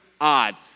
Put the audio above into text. odd